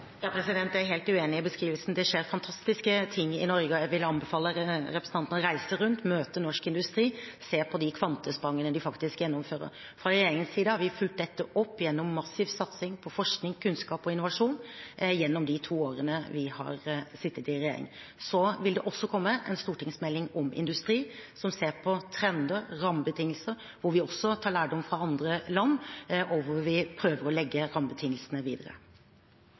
er helt uenig i beskrivelsen. Det skjer fantastiske ting i Norge, og jeg vil anbefale representanten å reise rundt, møte norsk industri og se på de kvantesprangene de faktisk gjennomfører. Fra regjeringens side har vi fulgt dette opp gjennom massiv satsing på forskning, kunnskap og innovasjon gjennom de to årene vi har sittet i regjering. Så vil det også komme en stortingsmelding om industri som ser på trender, rammebetingelser – der vi også tar lærdom fra andre land, og der vi prøver å legge